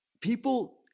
People